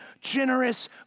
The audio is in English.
generous